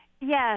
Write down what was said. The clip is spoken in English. Yes